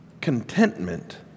contentment